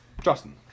Justin